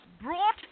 brought